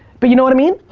but you know what i mean?